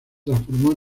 transformó